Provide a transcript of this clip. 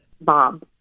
Bob